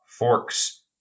forks